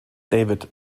david